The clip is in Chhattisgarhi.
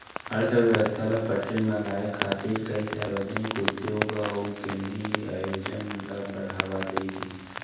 अर्थबेवस्था ल पटरी म लाए खातिर कइ सार्वजनिक उद्योग अउ केंद्रीय आयोजन ल बड़हावा दे गिस